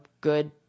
good